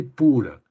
pura